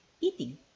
eating